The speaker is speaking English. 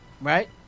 right